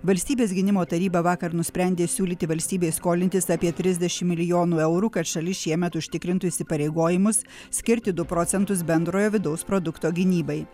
valstybės gynimo taryba vakar nusprendė siūlyti valstybei skolintis apie trisdešimt milijonų eurų kad šalis šiemet užtikrintų įsipareigojimus skirti du procentus bendrojo vidaus produkto gynybai